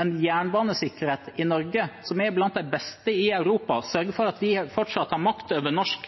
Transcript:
en jernbanesikkerhet i Norge som er blant de beste i Europa, sørge for at vi fortsatt har makt over norsk